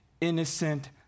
innocent